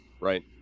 right